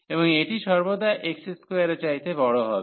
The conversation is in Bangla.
এবং এটি সর্বদা x2 এর চাইতে বড় হবে